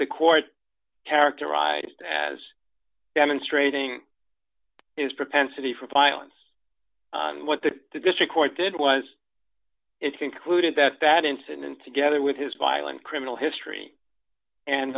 the court characterized as demonstrating his propensity for violence and what the district court did was concluded that that incident together with his violent criminal history and